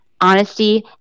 honesty